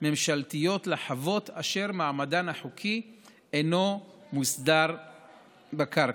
ממשלתיות לחוות אשר מעמדן החוקי אינו מוסדר בקרקע.